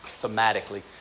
thematically